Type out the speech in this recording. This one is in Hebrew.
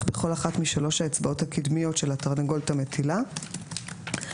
בכל אחת משלוש האצבעות הקדמיות של התרנגולת המטילה והמאפשר